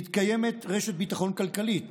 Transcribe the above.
מתקיימת רשת ביטחון כלכלית.